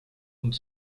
und